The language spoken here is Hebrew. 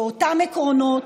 לאותם עקרונות,